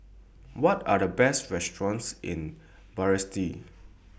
What Are The Best restaurants in Basseterre